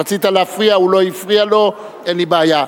רצית להפריע, הוא לא הפריע לו, אין לי בעיה.